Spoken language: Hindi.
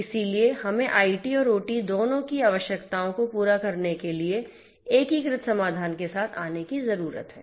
इसलिए हमें आईटी और ओटी दोनों की आवश्यकताओं को पूरा करने के लिए एक एकीकृत समाधान के साथ आने की जरूरत है